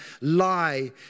lie